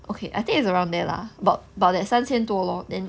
okay I think it's around there lah about about that 三千多 lor then